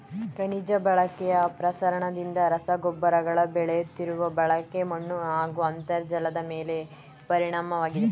ಖನಿಜ ಬಳಕೆಯ ಪ್ರಸರಣದಿಂದ ರಸಗೊಬ್ಬರಗಳ ಬೆಳೆಯುತ್ತಿರುವ ಬಳಕೆ ಮಣ್ಣುಹಾಗೂ ಅಂತರ್ಜಲದಮೇಲೆ ಪರಿಣಾಮವಾಗಿದೆ